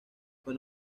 fue